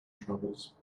travels